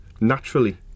naturally